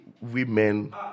women